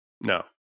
no